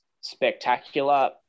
spectacular